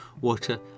water